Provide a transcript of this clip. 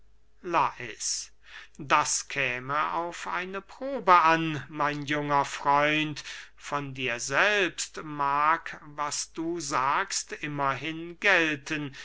lais das käme auf eine probe an mein junger freund von dir selbst mag was du sagst immerhin gelten